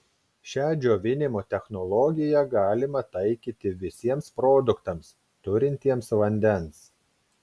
šią džiovinimo technologiją galima taikyti visiems produktams turintiems vandens